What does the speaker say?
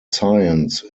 science